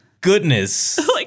goodness